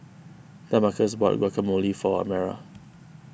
Damarcus bought Guacamole for Amara